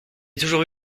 toujours